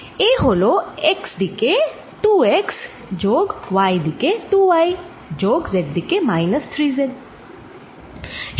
A হল x দিকে 2 x যোগ y দিকে 2 y যোগ z দিকে মাইনাস 3 z